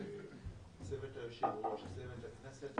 צוות היושב-ראש וצוות הכנסת,